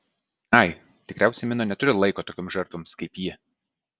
ai tikriausiai mino neturi laiko tokioms žertvoms kaip ji